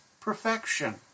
perfection